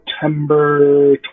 September